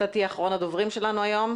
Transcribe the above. אתה תהיה אחרון הדוברים שלנו היום,